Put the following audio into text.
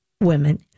women